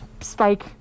spike